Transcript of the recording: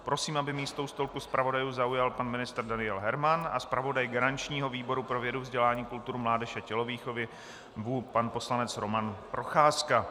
Prosím, aby místo u stolku zpravodajů zaujal pan ministr Daniel Herman a zpravodaj garančního výboru pro vědu, vzdělání, kulturu, mládež a tělovýchovu pan poslanec Roman Procházka.